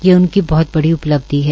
ये उनकी बहत बड़ी उपलब्धि है